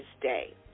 day